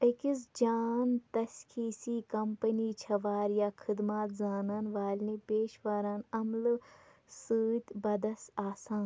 أكِس جان تسخیٖصی كَمپٔنی چھے٘ واریاہ خٕدمات زانَن والنی پیشواران عملہٕ سۭتۍ بدس آسا